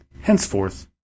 Henceforth